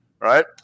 Right